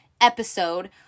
episode